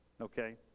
okay